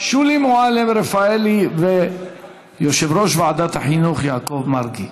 שולי מועלם-רפאלי ויושב-ראש ועדת החינוך יעקב מרגי.